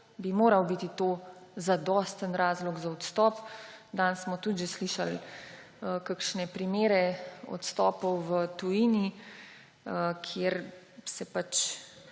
bi moral biti to zadosten razlog za odstop. Danes smo tudi že slišali kakšne primere odstopov v tujini, kjer se